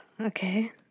Okay